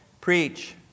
preach